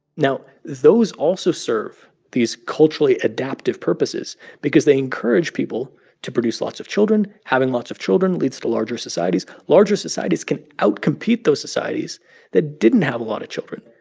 now, those also serve these culturally adaptive purposes because they encourage people to produce lots of children. having lots of children leads to larger societies. larger societies can outcompete those societies that didn't have a lot of children.